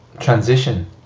transition